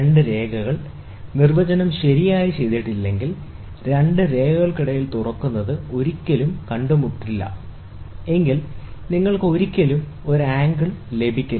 രണ്ട് രേഖകൾ നിർവചനം ശരിയായി ചെയ്തിട്ടില്ലെങ്കിൽ രണ്ട് രേഖകൾക്കിടയിൽ തുറക്കുന്നത് ഒരിക്കലും കണ്ടുമുട്ടില്ല എങ്കിൽ നിങ്ങൾക്ക് ഒരിക്കലും ഒരു ആംഗിൾ ലഭിക്കില്ല